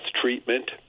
treatment